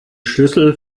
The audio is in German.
schlüssel